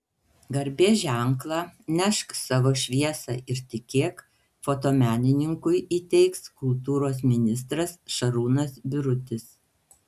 garbės ženklą nešk savo šviesą ir tikėk fotomenininkui įteiks kultūros ministras šarūnas birutis